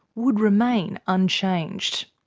would remain unchanged.